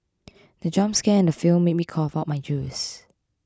the jump scare in the film made me cough out my juice